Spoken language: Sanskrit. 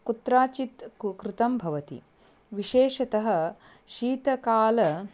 कुत्राचित् कु कृतं भवति विशेषतः शीतकाले